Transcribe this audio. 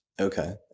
Okay